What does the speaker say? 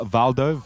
Valdo